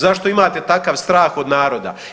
Zašto imate takav strah od naroda?